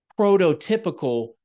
prototypical